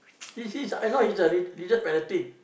he sees I know he's a religious fanatic